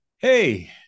Hey